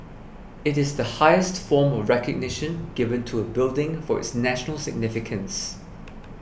it is the highest form of recognition given to a building for its national significance